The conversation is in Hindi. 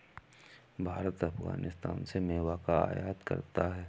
भारत अफगानिस्तान से मेवा का आयात करता है